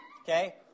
okay